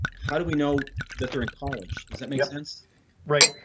how do we know that they're in college? does that make sense right?